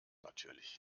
natürlich